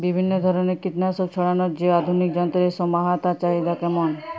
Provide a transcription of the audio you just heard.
বিভিন্ন ধরনের কীটনাশক ছড়ানোর যে আধুনিক যন্ত্রের সমাহার তার চাহিদা কেমন?